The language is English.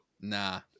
nah